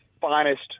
finest